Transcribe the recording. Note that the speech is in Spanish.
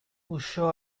huyó